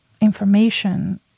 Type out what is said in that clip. information